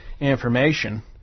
information